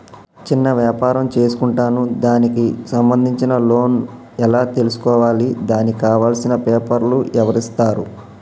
చిన్న వ్యాపారం చేసుకుంటాను దానికి సంబంధించిన లోన్స్ ఎలా తెలుసుకోవాలి దానికి కావాల్సిన పేపర్లు ఎవరిస్తారు?